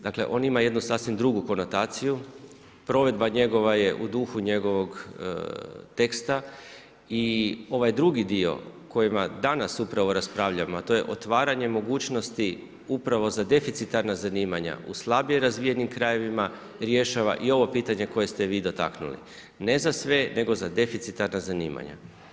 Dakle on ima jednu sasvim drugu konotaciju, provedba njegova je u duhu njegovog teksta i ovaj drugi dio o kojemu danas upravo raspravljamo a to je otvaranje mogućnosti upravo za deficitarna zanimanja u slabije razvijenim krajevima rješava i ovo pitanje koje ste vi dotaknuli, ne za sve nego za deficitarna zanimanja.